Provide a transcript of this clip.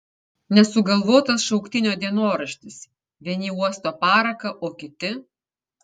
nesugalvotas šauktinio dienoraštis vieni uosto paraką o kiti